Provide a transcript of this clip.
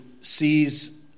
sees